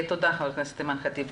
תודה, חברת הכנסת אימאן ח'אטיב.